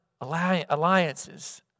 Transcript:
alliances